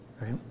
right